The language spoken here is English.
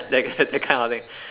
that that kind of thing